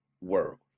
world